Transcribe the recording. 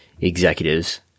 executives